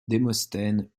démosthène